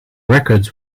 records